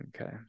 Okay